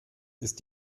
ist